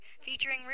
featuring